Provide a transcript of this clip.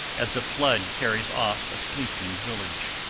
as a flood carries off a sleeping village.